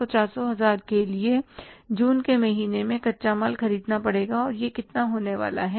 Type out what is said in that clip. तो 400 हज़ार के लिए जून के महीने में कच्चा माल खरीदना पड़ेगा और यह कितना होने वाला है